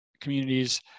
communities